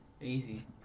Easy